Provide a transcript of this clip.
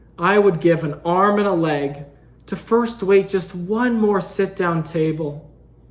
i would give an arm and a leg to first wait just one more sit down table.